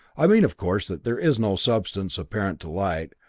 i mean, of course, that there is no substance transparent to light,